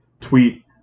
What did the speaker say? tweet